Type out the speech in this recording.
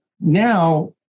now